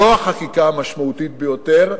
זו החקיקה המשמעותית ביותר.